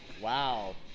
wow